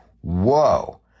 Whoa